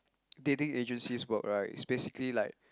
dating agencies work right is basically like